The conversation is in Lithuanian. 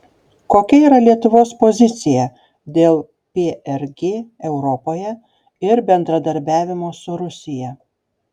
kokia yra lietuvos pozicija dėl prg europoje ir bendradarbiavimo su rusija